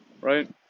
Right